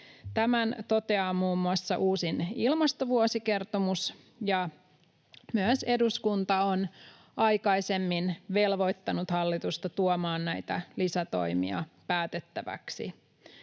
Tämän toteaa muun muassa uusin ilmastovuosikertomus. Myös eduskunta on aikaisemmin velvoittanut hallitusta tuomaan näitä lisätoimia päätettäviksi,